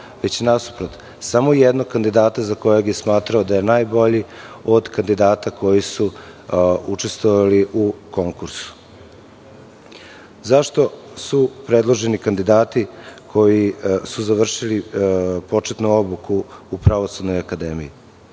već nasuprot samo jednog kandidata za kojeg je smatrao da je najbolji, od kandidata koji su učestvovali u konkursu. Zašto su predloženi kandidati koji su završili početnu obuku u Pravosudnoj akademiji?